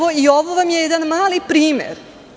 Ovo vam je jedan mali primer.